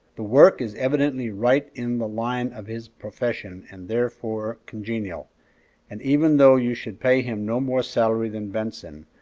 the work is evidently right in the line of his profession, and therefore congenial and even though you should pay him no more salary than benson,